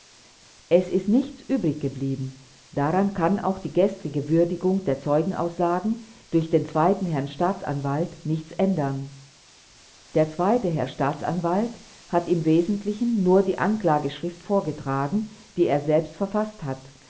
es ist nichts übrig geblieben daran kann auch die gestrige würdigung der zeugenaussagen durch den zweiten herrn staatsanwalt nichts ändern der zweite herr staatsanwalt hat im wesentlichen nur die anklageschrift vorgetragen die er selbst verfaßt hat